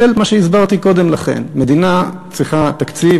בשל מה שהסברתי קודם לכן: מדינה צריכה תקציב,